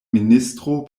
ministro